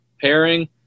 pairing